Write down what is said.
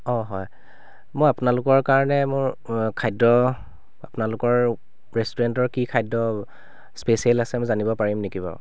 অঁ হয় মই আপোনালোকৰ কাৰণে মোৰ খাদ্য আপোনালোকৰ ৰেষ্টুৰেণ্টৰ কি খাদ্য স্পেচিয়েল আছে মই জানিব পাৰিম নেকি বাৰু